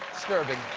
disturbing.